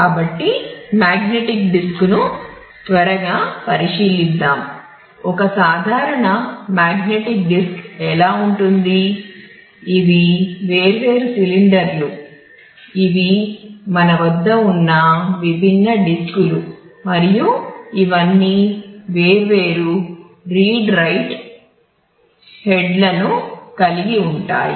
కాబట్టి మాగ్నెటిక్ డిస్క్ను త్వరగా పరిశీలిద్దాం ఒక సాధారణ మాగ్నెటిక్ డిస్క్ ఎలా ఉంటుంది ఇవి వేర్వేరు సిలిండర్లులను కలిగిఉంటాయి